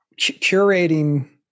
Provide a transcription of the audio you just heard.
Curating